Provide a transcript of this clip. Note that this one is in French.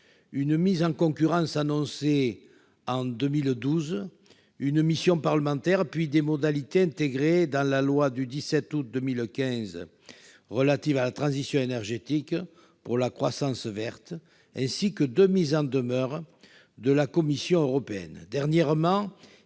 une mise en concurrence annoncée en 2012, une mission parlementaire, puis des modalités intégrées dans la loi du 17 août 2015 relative à la transition énergétique pour la croissance verte, sans oublier deux mises en demeure de la Commission européenne.